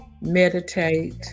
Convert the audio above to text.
meditate